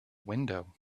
window